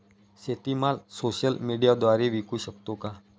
शेतीमाल सोशल मीडियाद्वारे विकू शकतो का?